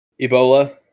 Ebola